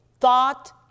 thought